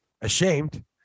ashamed